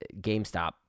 GameStop